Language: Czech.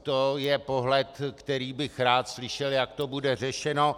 To je pohled, který bych rád slyšel, jak to bude řešeno.